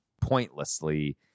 pointlessly